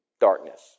darkness